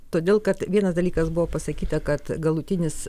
todėl kad vienas dalykas buvo pasakyta kad galutinis